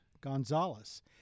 Gonzalez